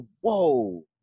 whoa